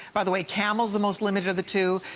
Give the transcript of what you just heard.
by the way camel is the most limited of the two.